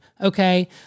Okay